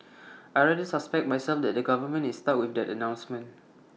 I rather suspect myself that the government is stuck with that announcement